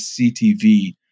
CTV